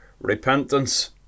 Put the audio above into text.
repentance